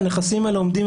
שהנכסים האלה עומדים,